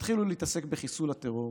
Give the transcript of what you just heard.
ותתחילו להתעסק בחיסול הטרור.